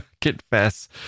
confess